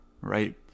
right